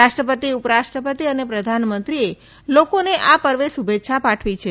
રાષ્ટ્રપતિ ઉપરાષ્ટ્રપતિ અને પ્રધાનમંત્રીએ લોકોને શુભેચ્છા પાઠવી છે